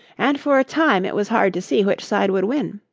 and for a time it was hard to see which side would win.